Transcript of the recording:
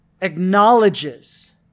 acknowledges